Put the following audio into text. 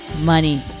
money